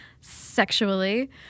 sexually